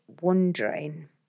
wondering